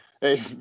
Hey